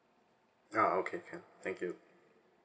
ah okay can thank you